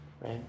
right